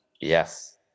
Yes